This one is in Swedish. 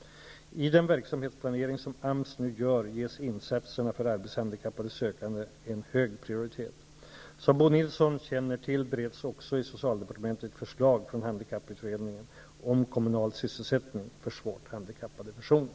I den verksamhetsplanering som AMS nu gör ges insatserna för arbetshandikappade sökande en hög prioritet. Som Bo Nilsson känner till bereds också i socialdepartementet ett förslag från handikapputredningen om kommunal sysselsättning för svårt handikappade personer.